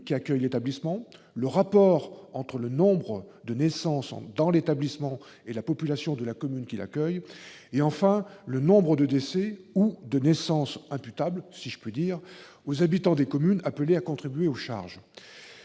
accueillant l'établissement, le rapport entre le nombre de naissances dans l'établissement et la population de la commune qui l'accueille et, enfin, le nombre de décès ou de naissances imputables, si je puis dire, aux habitants des communes appelées à contribuer aux charges.